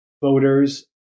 voters